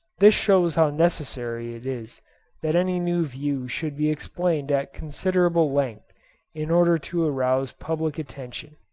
this shows how necessary it is that any new view should be explained at considerable length in order to arouse public attention.